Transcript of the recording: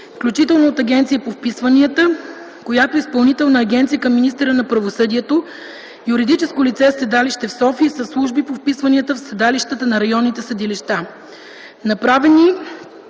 включително от Агенцията по вписванията, която е изпълнителна агенция към министъра на правосъдието, юридическо лице със седалище в София и със служби по вписванията в седалищата на районните съдилища.